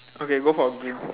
okay go for green